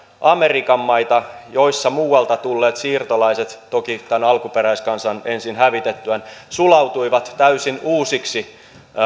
amerikan maita joissa muualta tulleet siirtolaiset toki tämän alkuperäiskansan ensin hävitettyään sulautuivat täysin uusiksi